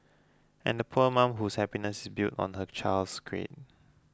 and the poor mum whose happiness is built on her child's grades